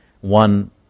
One